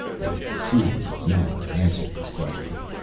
a series of nods answered his question.